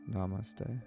Namaste